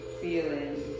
feelings